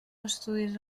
estudis